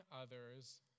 others